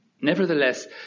Nevertheless